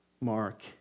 Mark